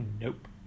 Nope